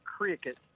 cricket